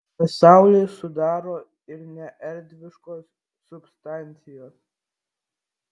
pasaulį sudaro ir neerdviškos substancijos